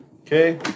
Okay